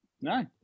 No